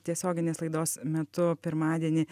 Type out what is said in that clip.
tiesioginės laidos metu pirmadienį